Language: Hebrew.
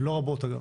לא רבות אגב.